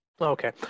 Okay